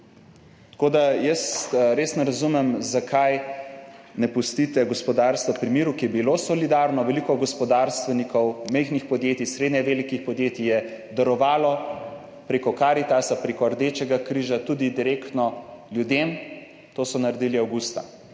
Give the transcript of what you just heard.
Tako da jaz res ne razumem, zakaj ne pustite pri miru gospodarstva, ki je bilo solidarno. Veliko gospodarstvenikov, majhnih podjetij, srednje velikih podjetij je darovalo prek Karitasa, prek Rdečega križa, tudi direktno ljudem. To so naredili avgusta.